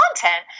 content